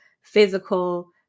physical